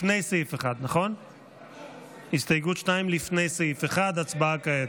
לפני סעיף 1. הצבעה כעת.